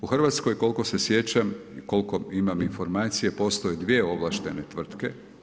U Hrvatskoj, koliko se sjećam, koliko imam informacije, postoje 2 ovlaštene tvrtke.